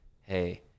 Hey